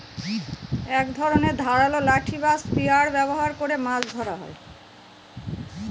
এক ধরনের ধারালো লাঠি বা স্পিয়ার ব্যবহার করে মাছ ধরা হয়